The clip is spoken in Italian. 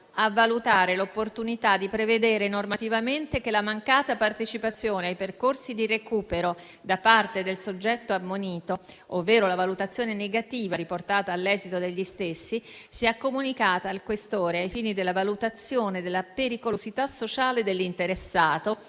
a valutare l'opportunità di prevedere normativamente che la mancata partecipazione ai percorsi di recupero da parte del soggetto ammonito ovvero la valutazione negativa riportata all'esito degli stessi sia comunicata al questore ai fini della valutazione della pericolosità sociale dell'interessato